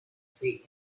see